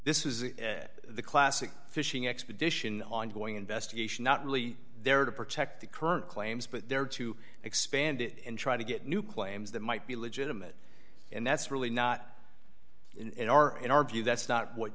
is the classic fishing expedition ongoing investigation not really there to protect the current claims but there to expand it and try to get new claims that might be legitimate and that's really not in our in our view that's not what